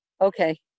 okay